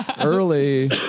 early